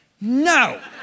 No